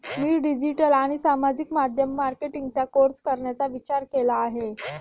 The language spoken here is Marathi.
मी डिजिटल आणि सामाजिक माध्यम मार्केटिंगचा कोर्स करण्याचा विचार केला आहे